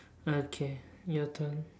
okay your turn